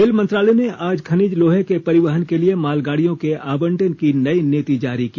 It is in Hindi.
रेल मंत्रालय ने आज खनिज लोहे के परिवहन के लिए मालगाडियों के आवंटन की नई नीति जारी की